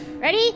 Ready